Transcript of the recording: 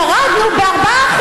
ירדנו ב-4%.